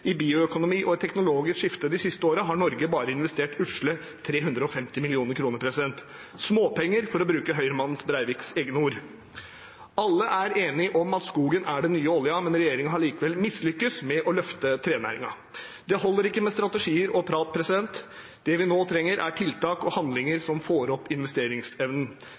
i bioøkonomi og et teknologisk skifte de siste årene, har Norge investert usle 350 mill. kr – småpenger, for å bruke Høyre-mannen Breiviks egne ord. Alle er enige om at skogen er den nye oljen, men regjeringen har likevel mislyktes med å løfte trenæringen. Det holder ikke med strategier og prat. Det vi nå trenger, er tiltak og handlinger som får opp investeringsevnen.